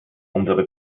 unsere